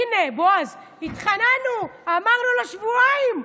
הינה, בועז, התחננו, אמרנו לו שבועיים.